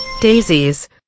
Daisies